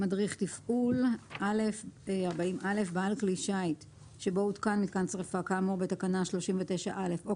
"מדריך תפעול בעל כלי שיט שבו הותקן מיתקן שריפה כאמור בתקנה 39(א) או